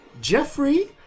Jeffrey